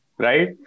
right